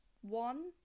one